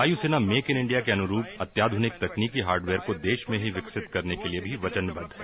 वायूसेना make in India के अनुरूप अत्याधुनिक तकनीकी हार्डवेयर को देश में ही विकसित करने के लिए भी वचनबद्ध है